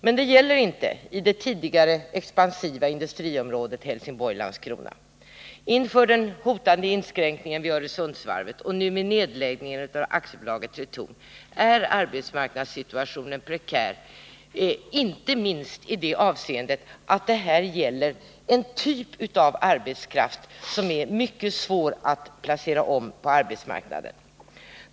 Men det gäller inte i det tidigare expansiva industriområdet Helsingborg Landskrona. Inför den hotande inskränkningen vid Öresundsvarvet och nedläggningen av Tretorn är arbetsmarknadssituationen prekär, inte minst i det avseendet att det här gäller en typ av arbetskraft som är mycket svår att placera om på arbetsmarknaden.